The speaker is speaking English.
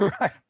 right